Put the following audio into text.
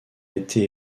été